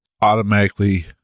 automatically